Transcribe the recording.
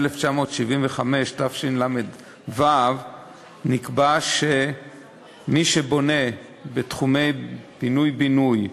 התשל"ו 1975, נקבע שמי שבונה בתחומי פינוי-בינוי,